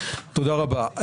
תודה רבה.